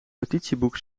notitieboek